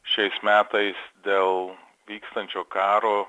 šiais metais dėl vykstančio karo